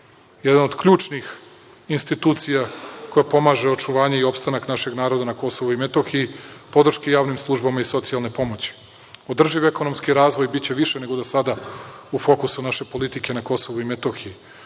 jedna od ključnih institucija koja pomaže očuvanje i opstanak našeg naroda na Kosovu i Metohiji, podrške javnim službama i socijalne pomoći. Održiv ekonomski razvoj biće više nego do sada u fokusu naše politike na Kosovu i Metohiji. Ono